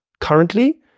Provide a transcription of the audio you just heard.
currently